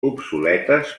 obsoletes